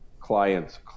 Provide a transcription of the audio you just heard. clients